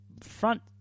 front